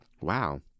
Wow